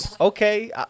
Okay